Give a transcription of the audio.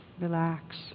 Relax